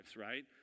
right